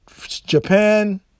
Japan